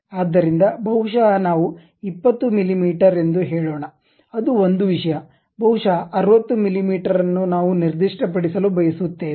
ಆದ್ದರಿಂದ ಬಹುಶಃ ನಾವು 20 ಮಿಮೀ ಎಂದು ಹೇಳೋಣ ಅದು ಒಂದು ವಿಷಯ ಬಹುಶಃ 60 ಮಿಮೀ ಅನ್ನು ನಾವು ನಿರ್ದಿಷ್ಟಪಡಿಸಲು ಬಯಸುತ್ತೇವೆ